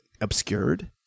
obscured